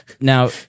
Now